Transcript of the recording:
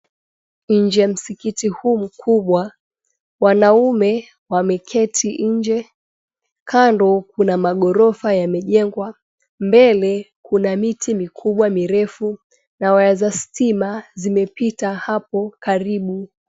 Nje ya msikiti huu mkubwa wanaume wameketi nje, kando kuna maghorofa yamejengwa mbele kuna miti mikubwa mirefu na waya za stima zimepita apo karibu.